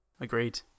Agreed